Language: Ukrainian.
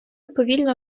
повільно